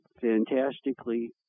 fantastically